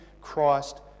christ